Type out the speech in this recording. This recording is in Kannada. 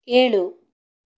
ಏಳು